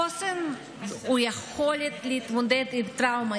חוסן הוא יכולת להתמודד עם טראומה,